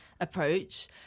approach